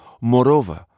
Moreover